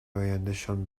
آیندهشان